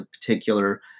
particular